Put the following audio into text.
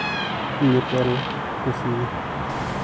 ᱧᱮᱯᱮᱞ ᱠᱩᱥᱤ